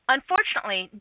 Unfortunately